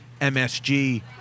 MSG